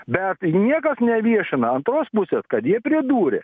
bet niekas neviešina antros pusės kad jie pridūrė